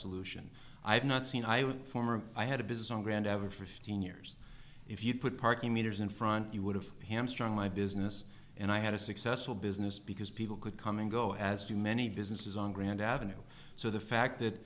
solution i've not seen former i had a business on ground ever for fifteen years if you put parking meters in front you would have hamstrung my business and i had a successful business because people could come and go as do many businesses on grand avenue so the fact that